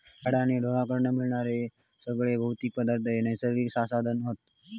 झाडा आणि ढोरांकडना मिळणारे सगळे भौतिक पदार्थ हे नैसर्गिक संसाधन हत